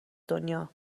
دنیا